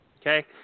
okay